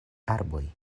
arboj